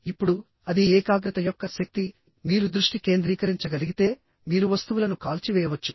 ఇప్పుడు అది ఏకాగ్రత యొక్క శక్తి మీరు దృష్టి కేంద్రీకరించగలిగితే మీరు వస్తువులను కాల్చివేయవచ్చు